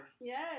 Yes